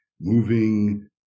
moving